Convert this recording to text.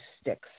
sticks